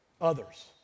others